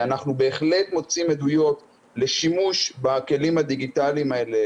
אנחנו בהחלט מוצאים עדויות לשימוש בכלים הדיגיטליים האלה,